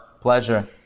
pleasure